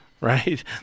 right